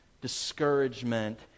discouragement